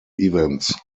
events